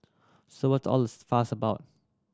so what's all the fuss about